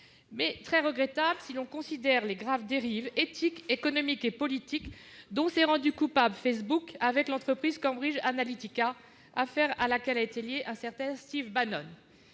très regrettable, si l'on considère les graves dérives éthiques, économiques et politiques dont s'est rendu coupable Facebook avec l'affaire Cambridge Analytica, affaire à laquelle a été lié un certain Steve Bannon.